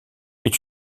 est